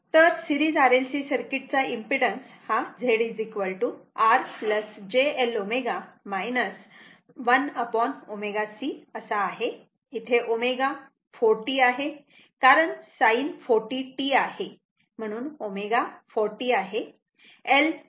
तर series RLC सर्किटचा impedance Z R j L 1ω C इथे ω 40 आहे कारण sin 40t आहे म्हणून ω 40 आहे